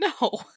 No